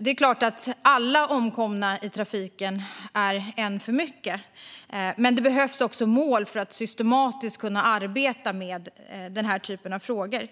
Det är klart att varje omkommen i trafiken är en för mycket, men det behövs mål för att systematiskt kunna arbeta med den här typen av frågor.